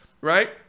right